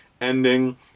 ending